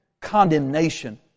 condemnation